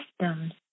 systems